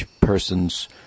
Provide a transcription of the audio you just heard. persons